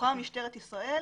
בתוכם משטרת ישראל,